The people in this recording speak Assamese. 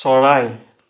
চৰাই